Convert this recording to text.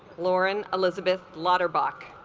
lauren elizabeth lauterbach